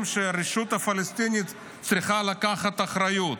שהרשות הפלסטינית צריכה לקחת אחריות.